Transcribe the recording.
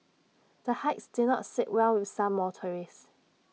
the hikes did not sit well with some motorists